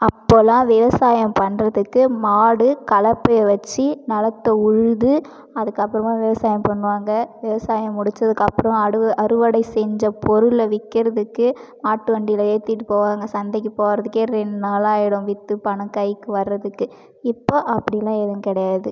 அப்போலாம் விவசாயம் பண்ணுறதுக்கு மாடு கலப்பையை வச்சு நிலத்த உழுது அதுக்கப்புறமாக விவசாயம் பண்ணுவாங்க விவசாயம் முடிச்சதுக்கு அப்புறம் அறு அறுவடை செஞ்ச பொருளை விற்கிறதுக்கு மாட்டு வண்டியில் ஏற்றிட்டு போவாங்க சந்தைக்கு போகிறதுக்கே ரெண்ட் நாளாயிடும் விற்று பணம் கைக்கு வரதுக்கு இப்போது அப்படிலாம் எதுவும் கிடையாது